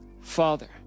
father